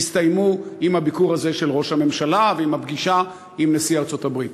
יסתיימו עם הביקור הזה של ראש הממשלה ועם הפגישה עם נשיא ארצות-הברית.